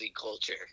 culture